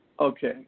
Okay